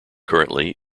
currently